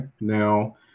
now